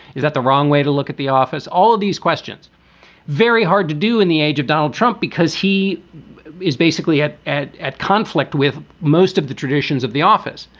is that the wrong way to look at the office? all of these questions very hard to do in the age of donald trump, because he is basically at at at conflict with most of the traditions of the office.